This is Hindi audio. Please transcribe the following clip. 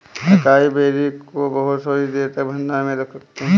अकाई बेरी को बहुत थोड़ी देर तक भंडारण में रख सकते हैं